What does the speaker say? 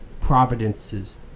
providences